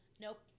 nope